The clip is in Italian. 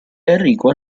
enrico